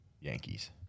yankees